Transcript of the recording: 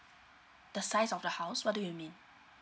the size of the house what do you mean